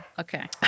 Okay